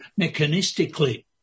mechanistically